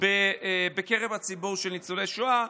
בקרב הציבור של ניצולי שואה,